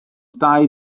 dau